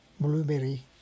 blueberry